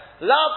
Love